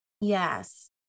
Yes